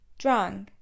drunk